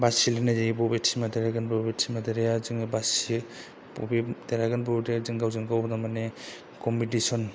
बासिलायनाय जायो बबे टिम आ देरहागोन बबे टिम ना देरहाया जोङो बासियो बबे देरहागोन बबे देरहाया जों गावजोंगाव थारमाने कमपिटिसन